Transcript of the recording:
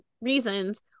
reasons